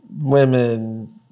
women